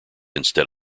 instead